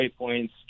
waypoints